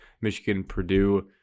Michigan-Purdue